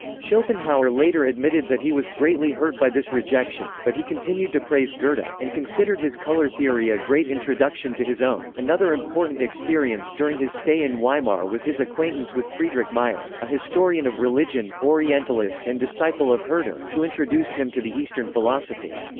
schopenhauer later admitted that he was greatly hurt by this rejection, but he continued to praise goethe, but and considered his color theory a great introduction to his own another important experience during his stay in weimar was his acquaintance with friedrich majer a historian of religion, orientalist and disciple of herder who introduced him to the eastern philosophy.